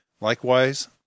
Likewise